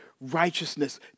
righteousness